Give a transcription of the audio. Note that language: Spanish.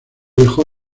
dejó